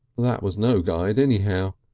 that was no guide anyhow.